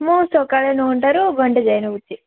ମୁଁ ସକାଳ ନଅଟାରୁ ଘଣ୍ଟେ ଯାଏ ରହୁଛି